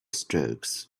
strokes